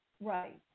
Right